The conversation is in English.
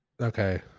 Okay